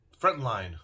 frontline